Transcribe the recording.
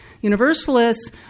Universalists